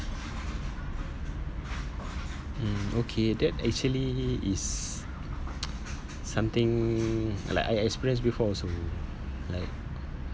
um okay that actually is something like I experienced before also like